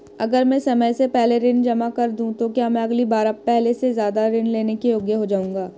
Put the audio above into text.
अगर मैं समय से पहले ऋण जमा कर दूं तो क्या मैं अगली बार पहले से ज़्यादा ऋण लेने के योग्य हो जाऊँगा?